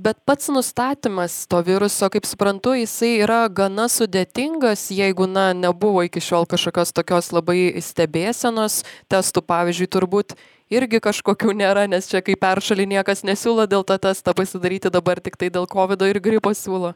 bet pats nustatymas to viruso kaip suprantu jisai yra gana sudėtingas jeigu na nebuvo iki šiol kažkokios tokios labai stebėsenos testų pavyzdžiui turbūt irgi kažkokių nėra nes čia kai peršali niekas nesiūlo dėl to testą pasidaryti dabar tiktai dėl kovido ir gripo siūlo